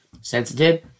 sensitive